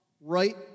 right